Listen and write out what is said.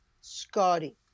Scotty